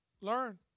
Learn